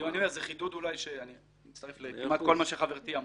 זה חידוד שמצטרף לכמעט כל מה שחברתי אמרה.